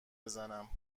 بزنم